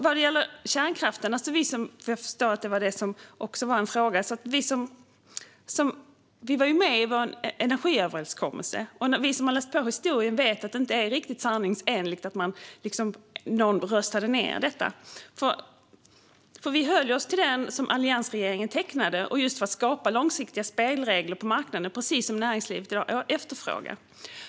Vad gäller kärnkraften, som jag förstår också var en fråga, var vi med i en energiöverenskommelse. Den som har läst sin historia vet att det inte är riktigt sanningsenligt att någon röstade ned detta. Vi höll oss till den överenskommelse som alliansregeringen tecknade och som handlade om att skapa långsiktiga spelregler på marknaden, vilket är precis vad näringslivet i dag efterfrågar.